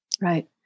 Right